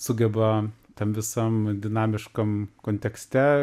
sugeba tam visam dinamiškam kontekste